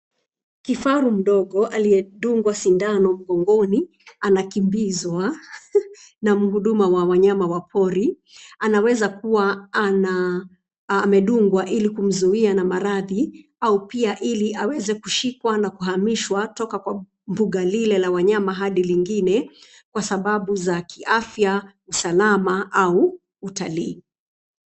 Kifaru mdogo aliyedungwa sindano mgongoni anakimbizwa na mhudumu wa wanyamapori. Anaweza kuwa amedungwa ili kumzuia na Maradhi au pia aweze kushikwa na kuhamishwa kutoka mbuga lile la wanyama Hadi jingine Kwa sababu za kiafya, usalama au utalii.